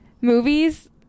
movies